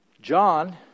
John